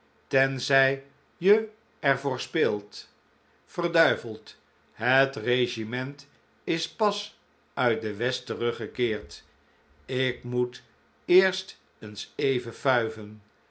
tenzij je er voor speelt verduiveld het regiment is pas uit de west teruggekeerd ik moet eerst eens even fuiven